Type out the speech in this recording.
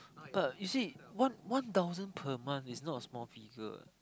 but you see one one thousand per month is not small figure eh